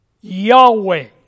Yahweh